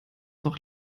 doch